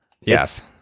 Yes